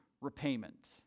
repayment